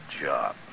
job